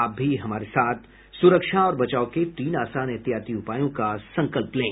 आप भी हमारे साथ सुरक्षा और बचाव के तीन आसान एहतियाती उपायों का संकल्प लें